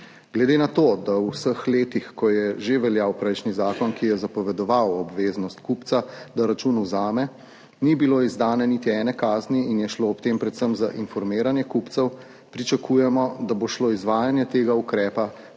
Glede na to, da v vseh letih, ko je že veljal prejšnji zakon, ki je zapovedoval obveznost kupca, da račun vzame, ni bilo izdane niti ene kazni in je šlo ob tem predvsem za informiranje kupcev, pričakujemo da bo šlo izvajanje tega ukrepa